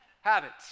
Habits